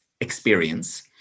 experience